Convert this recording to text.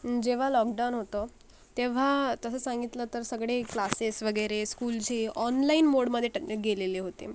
जेव्हा लॉकडाऊन होतं तेव्हा तसं सांगितलं तर सगळे क्लासेस वगैरे स्कूल जे ऑनलाईन मोडमध्ये ट गेलेले होते